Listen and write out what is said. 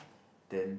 then